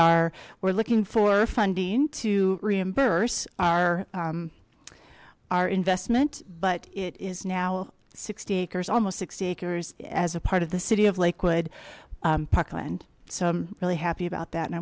are we're looking for funding to reimburse our our investment but it is now sixty acres almost sixty acres as a part of the city of lakewood parkland so i'm really happy about that and i